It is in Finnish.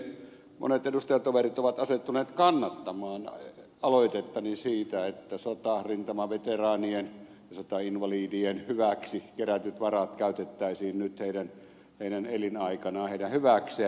monet edustajatoverit ovat asettuneet kannattamaan aloitettani siitä että sota rintamaveteraanien ja sotainvalidien hyväksi kerätyt varat käytettäisiin nyt heidän elinaikanaan heidän hyväkseen